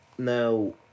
Now